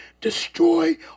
destroy